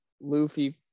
Luffy